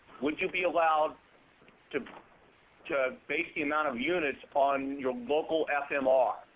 would you be allowed to to base the amount of units on your local fmr?